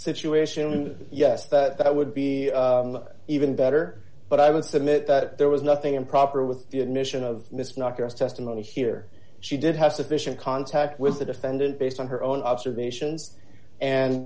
situation yes that would be even better but i would submit that there was nothing improper with the admission of miss knockers testimony here she did have sufficient contact with the defendant based on her own observations and